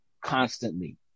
constantly